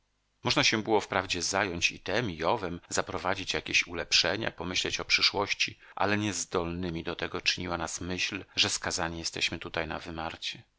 można się było wprawdzie zająć i tem i owem zaprowadzić jakieś ulepszenia pomyśleć o przyszłości ale niezdolnymi do tego czyniła nas myśl że skazani jesteśmy tutaj na wymarcie